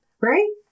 right